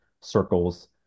circles